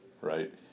right